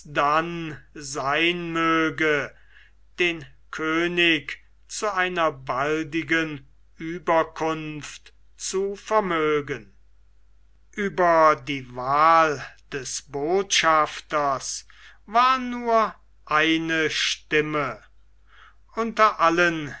alsdann sein möge den könig zu einer baldigen ueberkunft zu vermögen ueber die wahl des botschafters war nur eine stimme unter allen